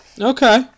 Okay